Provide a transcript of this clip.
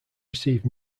received